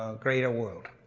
ah greater world,